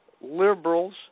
Liberals